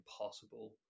impossible